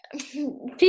people